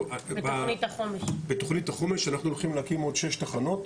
בתכנית החומש אנחנו הולכים להקים עוד שש תחנות.